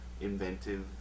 inventive